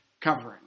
covering